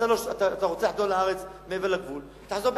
אתה רוצה לחדור לארץ מעבר לגבול, תחזור.